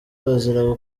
bazira